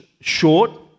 short